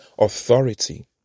authority